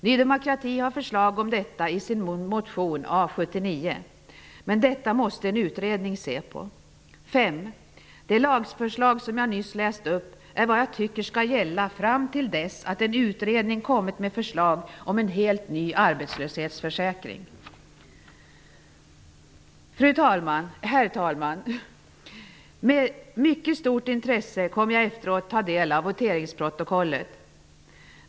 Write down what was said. Ny demokrati har förslag om det i sin motion A79, men detta måste en utredning se på. 5. Det lagförslag som jag nyss läste upp är vad jag tycker skall gälla fram till dess att en utredning kommit med förslag om en helt ny arbetslöshetsförsäkring. Herr talman! Med mycket stort intresse kommer jag efteråt att ta del av voteringsprotokollet.